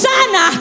Sana